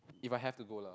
if I have to go lah